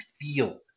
feel